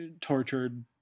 tortured